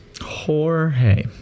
Jorge